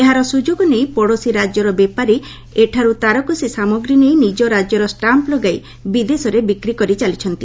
ଏହାର ସୁଯୋଗ ନେଇ ପଡ଼ୋଶୀ ରାକ୍ୟର ବେପାରୀ ଏଠାରୁ ତାରକସୀ ସାମଗ୍ରୀ ନେଇ ନିଜ ରାକ୍ୟର ଷ୍ଟାମ୍ପ୍ ଲଗାଇ ବିଦେଶରେ ବିକ୍ରିକରି ଚାଲିଛନ୍ତି